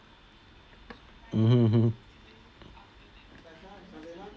mmhmm hmm